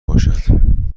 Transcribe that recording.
باشد